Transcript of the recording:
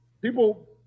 People